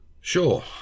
Sure